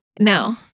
No